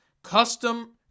Custom